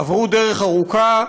עברו דרך ארוכה.